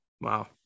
Wow